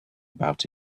about